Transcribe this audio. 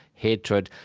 hatred,